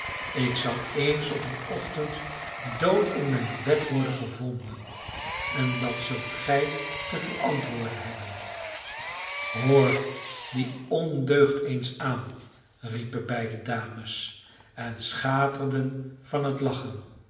ik zal eens op een ochtend dood in mijn bed worden gevonden en dat zult gij te verantwoorden hebben hoor dien ondeugd eens aan riepen beide dames en schaterden van het lachen